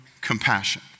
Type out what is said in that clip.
compassion